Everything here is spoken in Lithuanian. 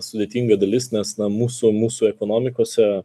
sudėtinga dalis nes na mūsų mūsų ekonomikose